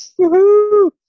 Woohoo